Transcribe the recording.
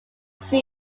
two